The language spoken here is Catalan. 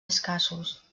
escassos